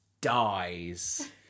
dies